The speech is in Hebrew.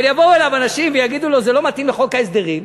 אבל יבואו אליו אנשים ויגידו לו: זה לא מתאים לחוק ההסדרים.